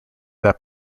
that